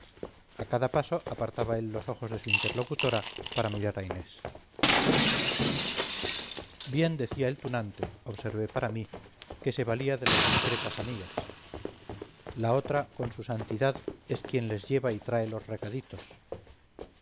a cada paso apartaba él los ojos de su interlocutora para mirar a inés bien decía el tunante observé para mí que se valía de las discretas amigas la otra con su santidad es quien les lleva y trae los recaditos